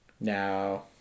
Now